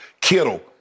Kittle